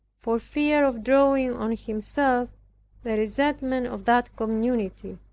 for fear of drawing on himself the resentment of that community.